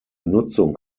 nutzung